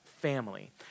family